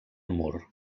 mur